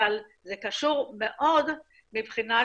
אבל זה קשור מאוד מבחינת